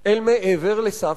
אל מעבר לסף